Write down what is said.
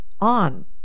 On